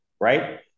right